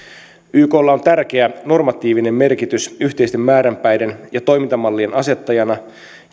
yklla on tärkeä normatiivinen merkitys yhteisten määränpäiden ja toimintamallien asettajana ja